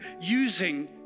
using